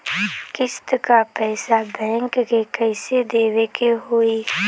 किस्त क पैसा बैंक के कइसे देवे के होई?